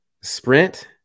Sprint